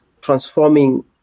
transforming